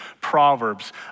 Proverbs